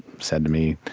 said to me,